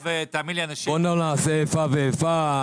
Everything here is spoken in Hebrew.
בוא לא נעשה איפה ואיפה.